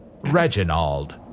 Reginald